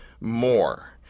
more